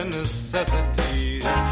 necessities